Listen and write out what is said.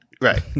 Right